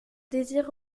désire